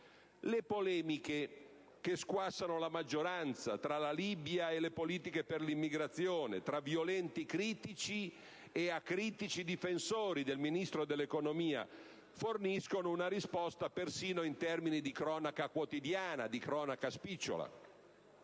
Le polemiche che squassano la maggioranza - tra la Libia e le politiche per l'immigrazione, tra violenti critici e acritici difensori del Ministro dell'economia - forniscono una risposta persino in termini di cronaca quotidiana, di cronaca spicciola.